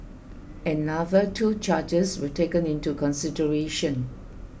another two charges were taken into consideration